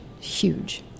huge